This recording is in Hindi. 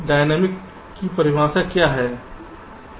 डायनामिक्स की परिभाषा क्या है